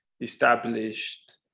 established